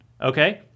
okay